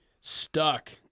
Stuck